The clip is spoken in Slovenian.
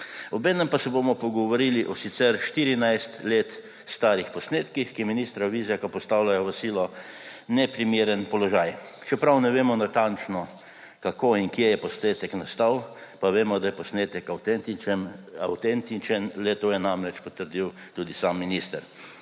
Obenem pa se bomo pogovorili o sicer 14 let starih posnetkih, ki ministra Vizjaka postavljajo v sila neprimeren položaj, čeprav ne vemo natančno, kako in kje je posnetek nastal, pa vemo, da je posnetek avtentičen, le-to je namreč potrdil tudi sam minister.